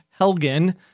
Helgen